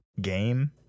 game